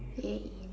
!yay!